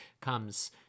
comes